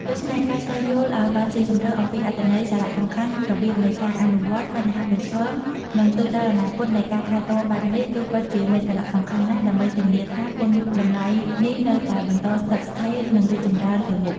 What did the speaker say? ដូច្នេះ ការស្វែងយល់ឱ្យបានស៊ីជម្រៅអំពីអត្ថន័យ សារៈសំខាន់ របៀបនៃការអនុវត្ត បញ្ហាប្រឈម និងទិសដៅអនាគតនៃការថែទាំបែបនេះ គឺពិតជាមានសារៈសំខាន់ណាស់ ដើម្បីធានាថាគុណតម្លៃនេះនៅតែបន្តស្ថិតស្ថេរ និងរីកចម្រើនទៅមុខ។